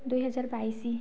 ଦୁଇହଜାର ବାଇଶ